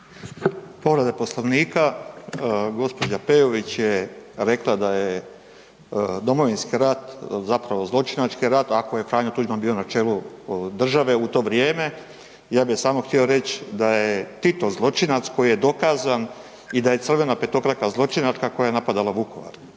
Povreda Poslovnika je rekla da je Domovinski rat zapravo zločinački rat ako je Franjo Tuđman bio na čelu države u to vrijeme, ja bi samo htio reći da je Tito zločinac koji je dokazan i da je crvena petokraka zločinačka koja je napadala Vukovar.